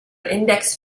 index